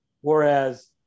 Whereas